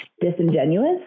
disingenuous